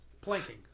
Planking